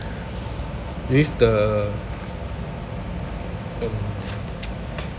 with the um